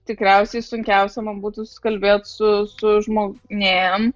tikriausiai sunkiausia man būtų susikalbėt su su žmonėm